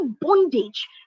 bondage